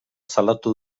salatu